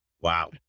Wow